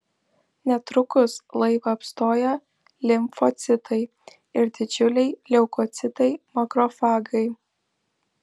netrukus laivą apstoja limfocitai ir didžiuliai leukocitai makrofagai